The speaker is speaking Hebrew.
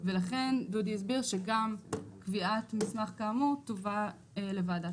ולכן דודי הסביר שגם קביעת מסמך כאמור תובא לוועדת